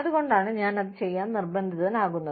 അതുകൊണ്ടാണ് ഞാൻ അത് ചെയ്യാൻ നിർബന്ധിതനാകുന്നത്